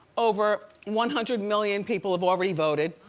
over one hundred million people have already voted,